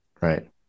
Right